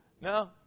No